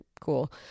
cool